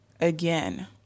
again